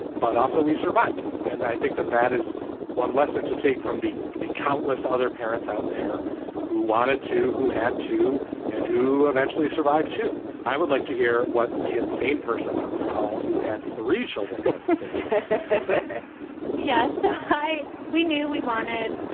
but also we survived it. and i think that that is one lesson to take from the the countless other parents out there who wanted to, who had to and who eventually survived, too. i would like to hear what the insane person on this call who had three children to say this before yes. hi. we knew we wanted.